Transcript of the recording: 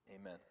Amen